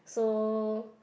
so